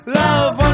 love